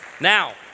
Now